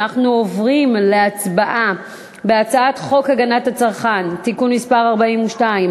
אנחנו עוברים להצבעה על הצעת חוק הגנת הצרכן (תיקון מס' 42),